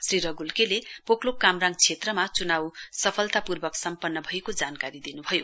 श्री रगुलले पोकलोक कामराङ क्षेत्रमा चुनाउ सफलतापूर्वक सम्पन्न भएको जानकारी दिनुभयो